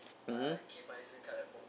(uh huh)